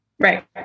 Right